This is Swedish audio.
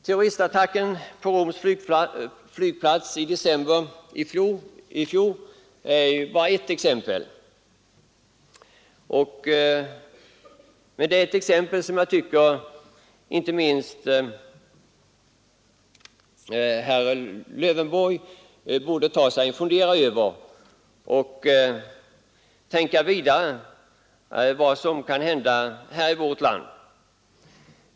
Terroristattacken på Roms flygplats i december i fjol är ett exempel, och det är ett exempel som jag tycker inte minst herr Lövenborg borde ta sig en funderare över — tänk efter vad som kan hända här i vårt land!